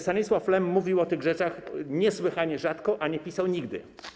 Stanisław Lem mówił o tych rzeczach niesłychanie rzadko, a nie pisał nigdy.